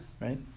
right